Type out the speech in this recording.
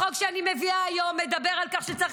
החוק שאני מביאה היום מדבר על כך שצריך